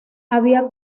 había